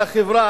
על החברה,